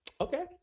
Okay